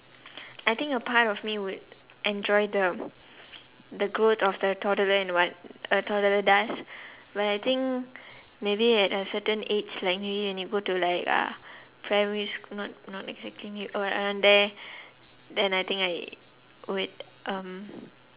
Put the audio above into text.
I think a part of me would enjoy the the growth of the toddler and what a toddler does but I think maybe at a certain age like you when you go to like uh primary sch~ not not exactly uh around there then I think I would um